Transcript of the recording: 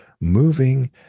moving